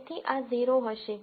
તેથી આ 0 હશે